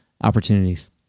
opportunities